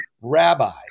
rabbi